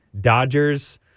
Dodgers